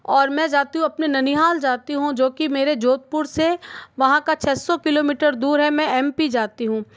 और मैं जाती हूँ अपने ननिहाल जाती हूँ जो कि मेरे जोधपुर से वहाँ का छः सौ किलोमीटर दूर है मैं एम पी जाती हूँ